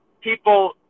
People